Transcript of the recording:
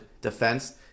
defense